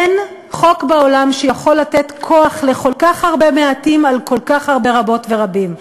אין חוק בעולם שיכול לתת כוח לכל כך מעטים על כל כך הרבה רבות ורבים,